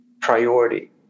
priority